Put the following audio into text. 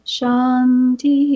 Shanti